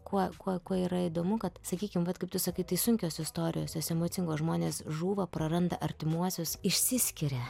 kuo kuo kuo yra įdomu kad sakykim vat kaip tu sakai tai sunkios istorijos jos emocingos žmonės žūva praranda artimuosius išsiskiria